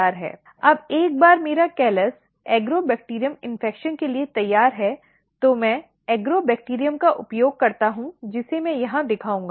अब एक बार मेरा कैलस एग्रोबैक्टीरियम इन्फ़िक्शन के लिए तैयार है तो मैं एग्रोबैक्टीरियम का उपयोग करता हूं जिसे मैं यहां दिखाऊंगा